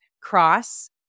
Cross